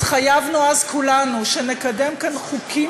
התחייבנו אז כולנו שנקדם כאן חוקים